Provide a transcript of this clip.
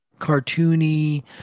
cartoony